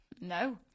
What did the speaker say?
No